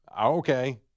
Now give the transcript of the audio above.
Okay